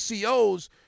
COs